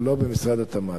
לא במשרד התמ"ת.